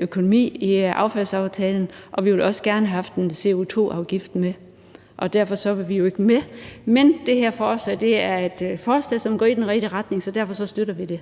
økonomi med i affaldsaftalen, og vi ville også gerne have haft en CO2-afgift med. Derfor er vi ikke med i aftalen. Men det her forslag er et forslag, som går i den rigtige retning, og derfor støtter vi det.